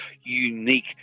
unique